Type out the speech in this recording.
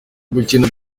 gukina